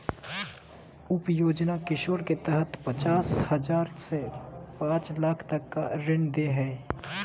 उप योजना किशोर के तहत पचास हजार से पांच लाख तक का ऋण दे हइ